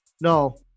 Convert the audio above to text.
no